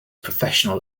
professional